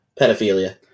pedophilia